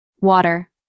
water